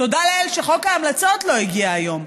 תודה לאל שחוק ההמלצות לא הגיע היום,